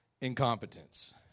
incompetence